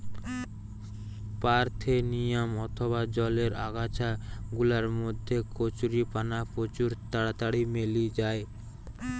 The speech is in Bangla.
পারথেনিয়াম অথবা জলের আগাছা গুলার মধ্যে কচুরিপানা প্রচুর তাড়াতাড়ি মেলি যায়